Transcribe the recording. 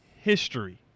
history